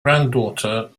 granddaughter